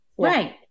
right